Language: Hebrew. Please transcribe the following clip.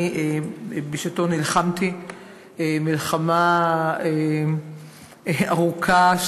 בשעתי נלחמתי מלחמה ארוכה,